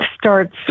starts